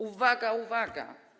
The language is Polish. Uwaga, uwaga!